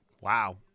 Wow